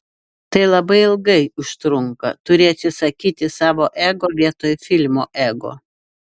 tai labai ilgai užtrunka turi atsisakyti savo ego vietoj filmo ego